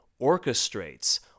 orchestrates